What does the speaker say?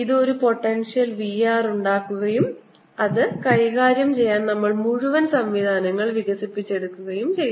ഇത് ഒരു potential v r ഉണ്ടാക്കുകയും അത് കൈകാര്യം ചെയ്യാൻ നമ്മൾ മുഴുവൻ സംവിധാനങ്ങളും വികസിപ്പിക്കുകയും ചെയ്തു